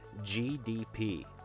GDP